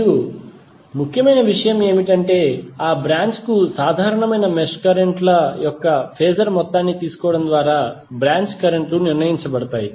మరియు ముఖ్యమైన విషయం ఏమిటంటే ఆ బ్రాంచ్ కు సాధారణమైన మెష్ కరెంట్ ల యొక్క ఫేజర్ మొత్తాన్ని తీసుకోవడం ద్వారా బ్రాంచ్ కరెంట్ లు నిర్ణయించబడతాయి